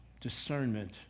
discernment